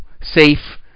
Safe